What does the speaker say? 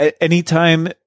anytime